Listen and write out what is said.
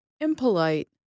Impolite